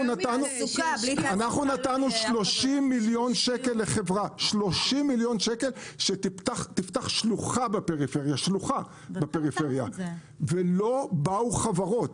אנחנו נתנו 30 מיליון שקל לחברה שתפתח שלוחה בפריפריה ולא באו חברות.